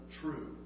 true